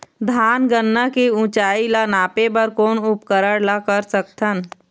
धान गन्ना के ऊंचाई ला नापे बर कोन उपकरण ला कर सकथन?